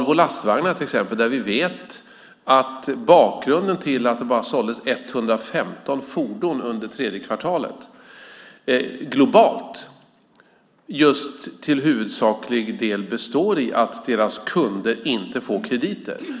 Bakgrunden till att Volvo Lastvagnar bara sålde 115 fordon under tredje kvartalet globalt består huvudsakligen i att deras kunder inte får krediter.